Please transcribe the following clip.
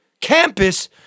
campus